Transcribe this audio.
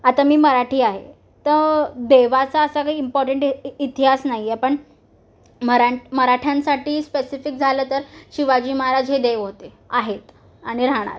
आता मी मराठी आहे त देवाचा असा काही इम्पॉर्टेंट इ इतिहास नाही आहे पण मरां मराठ्यांसाठी स्पेसिफिक झालं तर शिवाजी महाराज हे देव होते आहेत आणि राहणार